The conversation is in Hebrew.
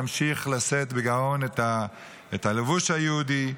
נמשיך לשאת בגאון את הלבוש היהודי,